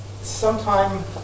Sometime